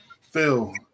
Phil